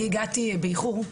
אני הגעתי באיחור,